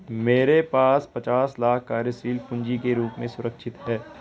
मेरे पास पचास लाख कार्यशील पूँजी के रूप में सुरक्षित हैं